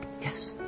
Yes